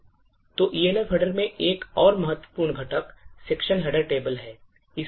तो Elf Header में एक और महत्वपूर्ण घटक section header table है